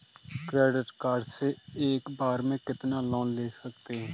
Credit card से एक बार में कितना लोन ले सकते हैं?